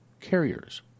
carriers